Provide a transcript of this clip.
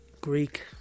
Greek